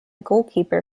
goalkeeper